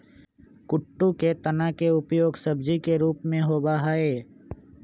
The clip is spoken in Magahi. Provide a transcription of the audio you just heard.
कुट्टू के तना के उपयोग सब्जी के रूप में होबा हई